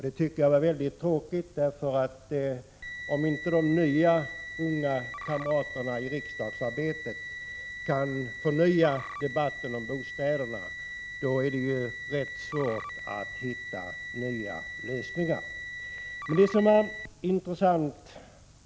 Det tycker jag var väldigt tråkigt, för om inte de nya unga kamraterna i riksdagsarbetet kan förnya debatten om bostäderna, är det rätt svårt att hitta nya lösningar.